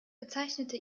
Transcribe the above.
bezeichnete